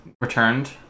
returned